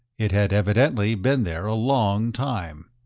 it had evidently been there a long time.